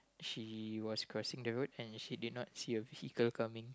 she was crossing the road and she did not see a vehicle coming